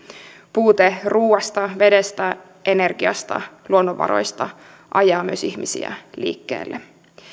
puute ruuasta vedestä energiasta luonnonvaroista ajaa myös ihmisiä liikkeelle